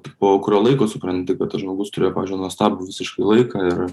po kurio laiko supranti kad tas žmogus turėjo pavyzdžiui nuostabų visiškai laiką ir